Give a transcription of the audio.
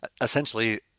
essentially